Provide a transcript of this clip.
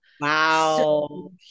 Wow